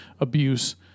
abuse